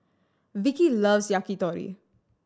Vikki loves Yakitori